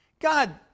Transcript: God